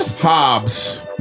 Hobbs